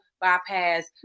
bypass